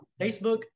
Facebook